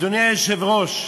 אדוני היושב-ראש,